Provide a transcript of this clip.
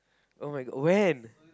[oh]-my-god when